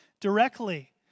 Directly